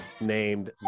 named